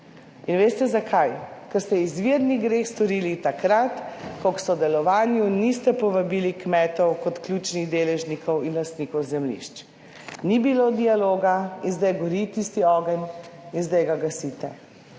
In veste zakaj? Ker ste izvirni greh storili takrat, ko k sodelovanju niste povabili kmetov kot ključnih deležnikov in lastnikov zemljišč. Ni bilo dialoga in zdaj gori tisti ogenj in zdaj ga gasite